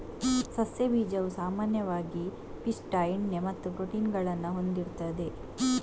ಸಸ್ಯ ಬೀಜವು ಸಾಮಾನ್ಯವಾಗಿ ಪಿಷ್ಟ, ಎಣ್ಣೆ ಮತ್ತು ಪ್ರೋಟೀನ್ ಗಳನ್ನ ಹೊಂದಿರ್ತದೆ